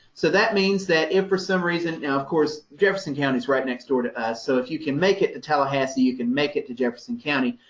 so that means that if for some reason, now of course, jefferson county's right next door to us, so if you can make it to tallahassee, you can make it to jefferson county.